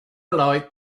like